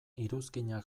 iruzkinak